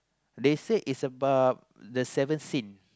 they said is about the seven sin